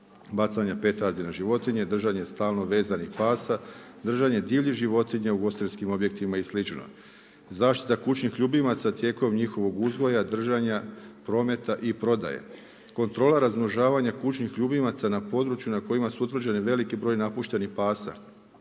Bacanje petardi na životinje, držanje stalno vezanih pasa, držanje divljih životinja u ugostiteljskim objektima i slično. Zaštita, kućnih ljubimaca tijekom njihovog uzgoja, držanja, prometa i prodaje, kontrola razmnožavanja kućnih ljubimaca, na području na kojima su utvrđeni veliki broj napušteni pasa.